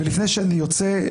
לפני שאני יוצא,